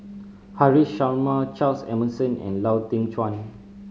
Haresh Sharma Charles Emmerson and Lau Teng Chuan